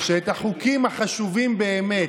שאת החוקים החשובים באמת,